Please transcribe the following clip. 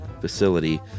facility